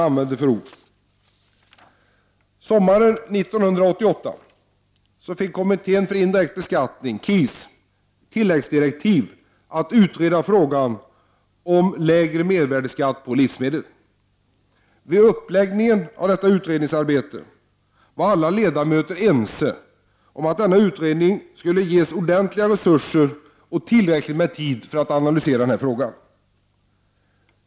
Sommaren 1988 fick kommittén för indirekt beskattning, KIS, tilläggsdirektiv att utreda frågan om lägre mervärdeskatt på livsmedel. Vid uppläggningen av detta utredningsarbete var alla ledamöter ense om att denna utredning skulle ges ordentliga resurser och tillräckligt med tid för att analysera denna fråga.